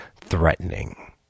threatening